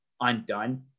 undone